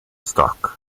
stock